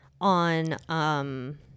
On